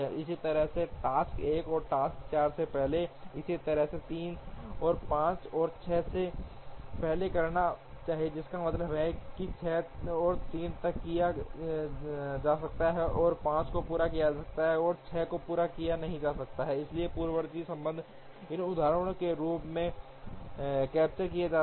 इसी तरह टास्क 1 को टास्क 4 से पहले इसी तरह 3 और 5 को 6 से पहले करना चाहिए जिसका मतलब है कि 6 को 3 तक नहीं किया जा सकता है और 5 को पूरा किया जाता है और 6 को पूरा नहीं किया जा सकता है इसलिए पूर्ववर्ती संबंध इन उदाहरणों के रूप में कैप्चर किए जाते हैं